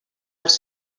els